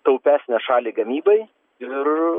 taupesnę šalį gamybai ir